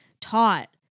taught